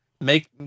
Make